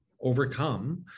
overcome